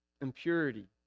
impurity